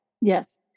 Yes